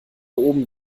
oben